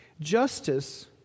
Justice